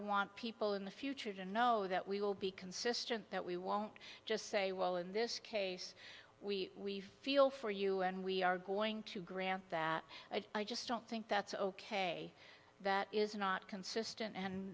want people in the future to know that we will be consistent that we won't just say well in this case we feel for you and we are going to grant that i just don't think that's ok that is not consistent and